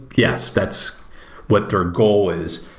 yes, that's what their goal is.